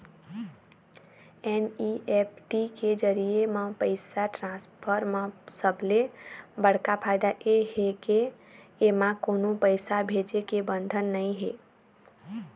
NEFT के जरिए म पइसा ट्रांसफर म सबले बड़का फायदा ए हे के एमा कोनो पइसा भेजे के बंधन नइ हे